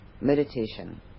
meditation